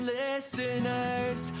listeners